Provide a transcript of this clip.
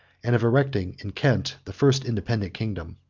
and of erecting, in kent, the first independent kingdom.